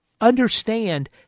understand